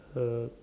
uh